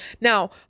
Now